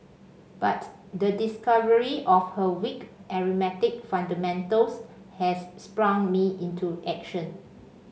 but the discovery of her weak arithmetic fundamentals has sprung me into action